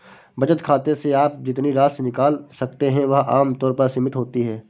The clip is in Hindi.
बचत खाते से आप जितनी राशि निकाल सकते हैं वह आम तौर पर असीमित होती है